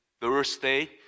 Thursday